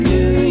New